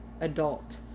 adult